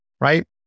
right